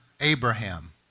abraham